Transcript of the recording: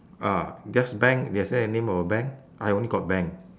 ah just bank is there a name of a bank I only got bank